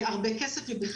כסף.